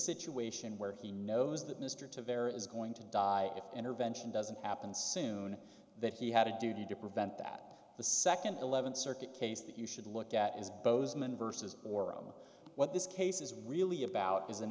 situation where he knows that mr to there is going to die if intervention doesn't happen soon that he had a duty to prevent that the second eleventh circuit case that you should look at is bozeman versus oram what this case is really about is an